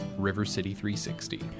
RiverCity360